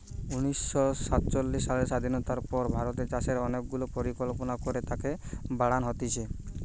উনিশ শ সাতচল্লিশ সালের স্বাধীনতার পর ভারতের চাষে অনেক গুলা পরিকল্পনা করে তাকে বাড়ান হতিছে